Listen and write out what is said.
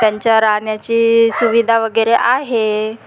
त्यांच्या राहण्याची सुविधा वगैरे आहे